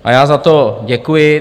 A já za to děkuji.